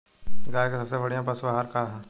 गाय के सबसे बढ़िया पशु आहार का ह?